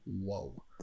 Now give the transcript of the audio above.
Whoa